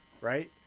right